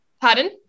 Pardon